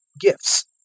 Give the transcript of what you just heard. gifts